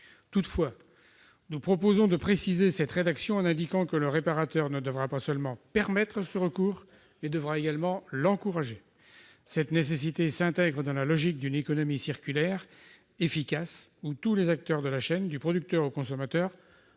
Toutefois, nous proposons de préciser cette rédaction en indiquant que le réparateur ne devra pas seulement permettre, mais encourager le recours à de telles pièces. Il s'agit d'une nécessité dans la logique d'une économie circulaire efficace où tous les acteurs de la chaîne, du producteur au consommateur